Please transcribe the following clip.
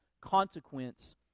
consequence